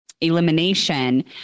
elimination